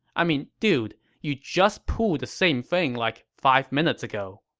i mean, dude, you just pulled the same thing like five minutes ago.